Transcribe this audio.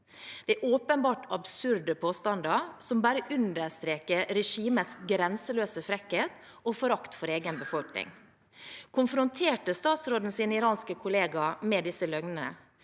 Dette er åpenbart absurde påstander som bare understreker regimets grenseløse frekkhet og forakt for egen befolkning. Konfronterte utenriksministeren sin iranske kollega med disse løgnene?